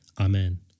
Amen